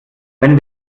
wenn